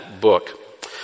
book